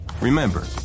Remember